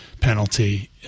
penalty